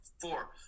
four